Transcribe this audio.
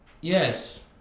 Yes